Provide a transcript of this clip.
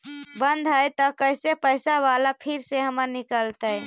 बन्द हैं त कैसे पैसा बाला फिर से हमर निकलतय?